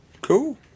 Cool